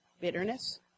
bitterness